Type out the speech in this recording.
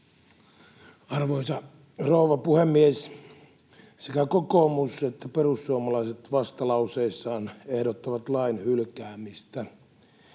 Arvoisa rouva puhemies! Sekä kokoomus että perussuomalaiset vastalauseissaan ehdottavat lain hylkäämistä.